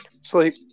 Sleep